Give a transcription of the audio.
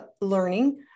learning